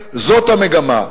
זו המגמה: